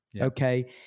Okay